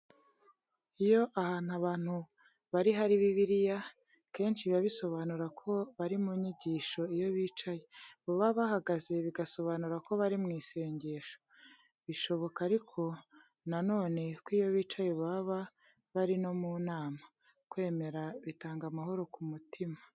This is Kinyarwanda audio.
Iyo ahantu abantu bari hari Bibiliya, kenshi biba bisobanura ko bari mu nyigisho iyo bicaye, baba bahagaze bigasobanura ko bari mu isengesho. Bishoboka ariko na none ko iyo bicaye baba bari no mu nama. Kwemera bitanga amahoro ku mutima.